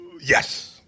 Yes